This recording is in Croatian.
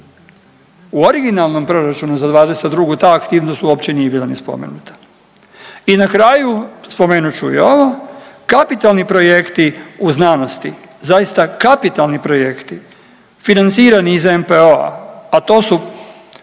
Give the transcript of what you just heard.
U originalnom proračunu za '22. ta aktivnost uopće nije bila ni spomenuta. I na kraju spomenut ću i ovo, kapitalni projekti u znanosti, zaista kapitalni projekti financirani iz NPO-a, a to su